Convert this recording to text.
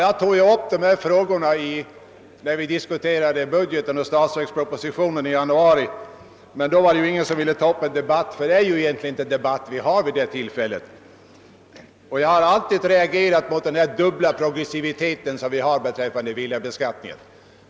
Jag tog upp dessa frågor när vi dis kuterade budgeten i samband med statsverkspropositionen i januari, men då var det ingen som ville ta upp en debatt. Jag har från början reagerat mot den dubbla progressivitet som vi har när det gäller villabeskattningen.